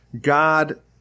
God